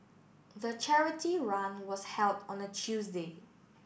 the charity run was held on a Tuesday